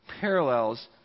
parallels